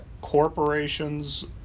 corporations